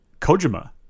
Kojima